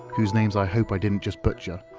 whose names i hope i didn't just butcher,